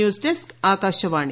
news desk Akashvani